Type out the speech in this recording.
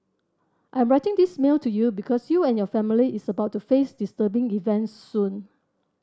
I'm writing this mail to you because you and your family is about to face disturbing events soon